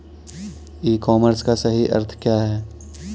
ई commerce का सही अर्थ क्या है?